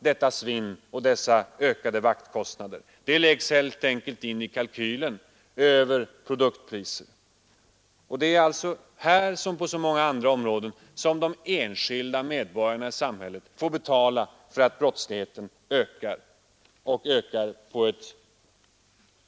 Låt mig, herr talman, kort kommentera herr Geijers svar. Jag tycker att det i vanlig ordning, höll jag på att säga, är ett försök att bagatellisera de här problemen.